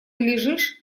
лежишь